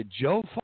Joe